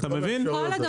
אתה מבין?